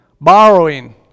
borrowing